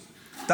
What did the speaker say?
איתך, שירי.